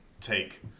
take